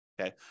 Okay